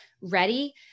ready